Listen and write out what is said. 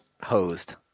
hosed